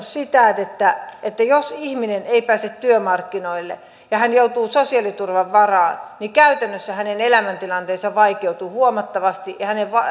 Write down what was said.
sitä että jos ihminen ei pääse työmarkkinoille ja hän joutuu sosiaaliturvan varaan niin käytännössä hänen elämäntilanteensa vaikeutuu huomattavasti